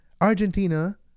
Argentina